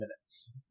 minutes